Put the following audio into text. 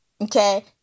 okay